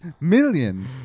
million